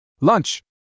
Lunch